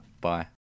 Bye